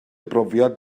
brofiad